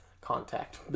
Contact